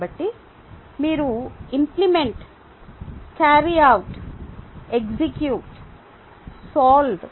కాబట్టి మీరు implement carry out execute solve